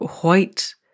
white